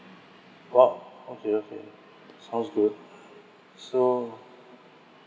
!wow! okay okay sounds good so